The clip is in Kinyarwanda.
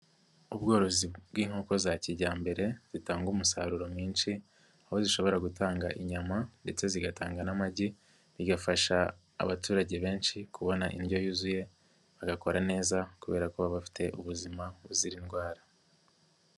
Ubworozi bw'inkoko za kijyambere zitanga umusaruro mwinshi, aho zishobora gutanga inyama, ndetse zigatanga n'amagi, bigafasha abaturage benshi kubona indyo yuzuye, bagakora neza kubera ko baba bafite ubuzima buzira indwara.